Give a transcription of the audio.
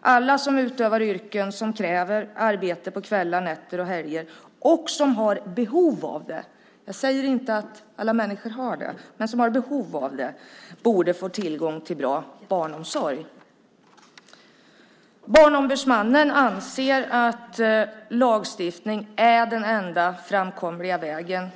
alla som utövar yrken som kräver arbete på kvällar, nätter och helger och som har behov av barnomsorg - jag säger inte att alla människor har det - borde få tillgång till bra barnomsorg. Barnombudsmannen anser att lagstiftning är den enda framkomliga vägen.